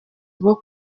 bwo